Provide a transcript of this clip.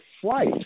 flight